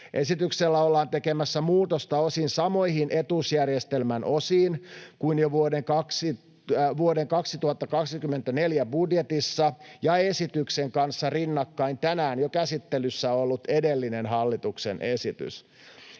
Esityksellä ollaan tekemässä muutosta osin samoihin etuusjärjestelmän osiin kuin jo vuoden 2024 budjetissa ja esityksen kanssa rinnakkain tänään jo käsittelyssä olleessa edellisessä hallituksen esityksessä.